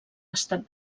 estat